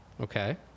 Okay